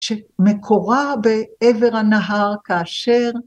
‫שמקורה בעבר הנהר כאשר...